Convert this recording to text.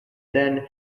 then